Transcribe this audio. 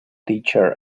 teacher